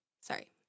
sorry